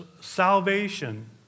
salvation